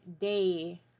day